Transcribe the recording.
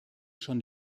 schon